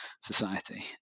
society